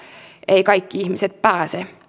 eivät kaikki ihmiset pääse